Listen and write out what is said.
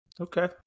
okay